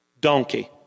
Donkey